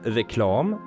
reklam